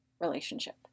relationship